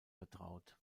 betraut